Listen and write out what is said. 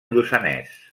lluçanès